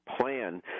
plan